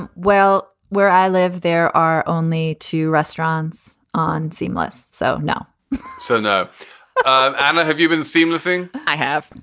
and well, where i live, there are only two restaurants on seemless so now santa um anna. have you been seamlessly. i have,